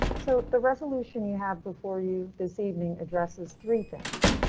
so the resolution you have before you this evening address is three things.